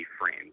frame